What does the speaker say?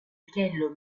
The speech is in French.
lequel